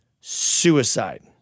suicide